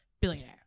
billionaire